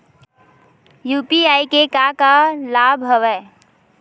UPI के का का लाभ हवय?